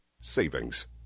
Savings